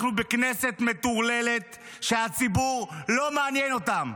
אנחנו בכנסת מטורללת שהציבור לא מעניין אותה.